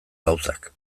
gauzak